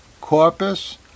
corpus